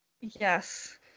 Yes